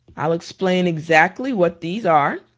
i'll explain exactly what these are,